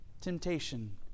temptation